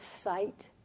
sight